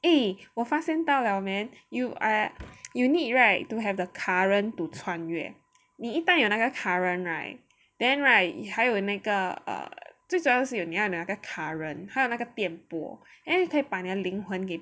eh 我发现到 liao man you ah you need right to have the current to 穿越你一旦有那个 current right then right 还有那个 err 最主要是有你那个 current 还有那个电泼 then 就可以把你的灵魂给